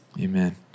Amen